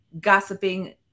gossiping